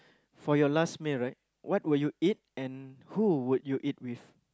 for your last meal right what will you eat and who will you eat with